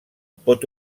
pot